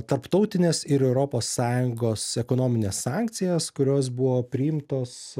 tarptautines ir europos sąjungos ekonomines sankcijas kurios buvo priimtos